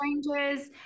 strangers